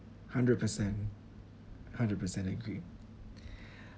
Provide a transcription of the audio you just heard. hundred percent hundred percent agree